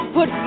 Put